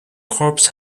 corps